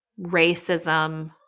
racism